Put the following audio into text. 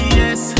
yes